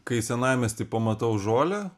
kai senamiesty pamatau žolę